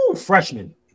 freshman